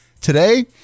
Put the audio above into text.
Today